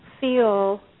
feel